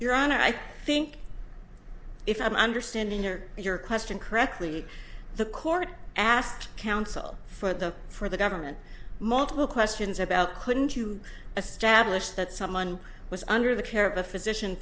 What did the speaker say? your honor i think if i'm understanding or if your question correctly the court asked counsel for the for the government multiple questions about couldn't you establish that someone was under the care of a physician